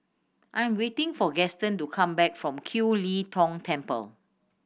I'm waiting for Gaston to come back from Kiew Lee Tong Temple